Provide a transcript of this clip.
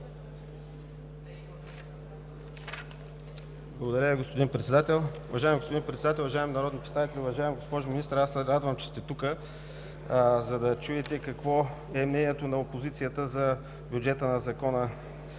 Благодаря Ви, господин Председател. Уважаеми господин Председател, уважаеми народни представители! Уважаема госпожо Министър, радвам се, че сте тук, за да чуете какво е мнението на опозицията за Закона